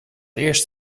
eerst